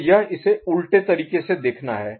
तो यह इसे उलटे तरीके से देखना है